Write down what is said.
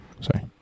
sorry